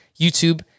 YouTube